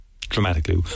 dramatically